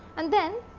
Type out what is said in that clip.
and then,